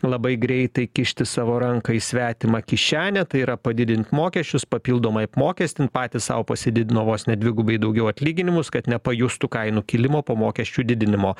labai greitai kišti savo ranką į svetimą kišenę tai yra padidint mokesčius papildomai apmokestint patys sau pasididino vos ne dvigubai daugiau atlyginimus kad nepajustų kainų kilimo po mokesčių didinimo